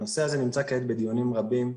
הנושא הזה נמצא כעת בדיונים רבים.